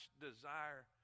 desire